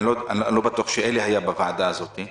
אני לא בטוח שאלי היה בוועדה הזאת.